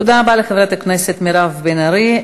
תודה רבה לחברת הכנסת מירב בן ארי.